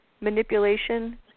manipulation